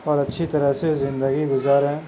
اور اچھی طرح سے زندگی گزاریں